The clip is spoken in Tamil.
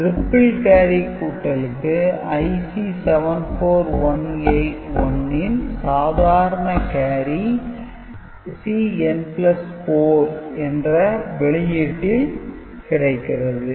ரிப்பிள் கேரி கூட்டலுக்கு IC 74181 ன் சாதாரண கேரி Cn4 என்ற வெளியீட்டில் கிடைகிறது